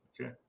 okay